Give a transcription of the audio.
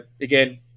again